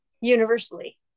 universally